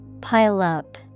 Pile-up